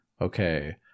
okay